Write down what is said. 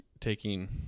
taking